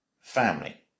family